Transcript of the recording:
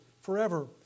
forever